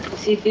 see